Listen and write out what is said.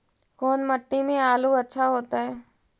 कोन मट्टी में आलु अच्छा होतै?